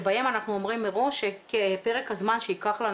שבהן אנחנו אומרים מראש שפרק הזמן שייקח לנו